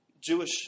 Jewish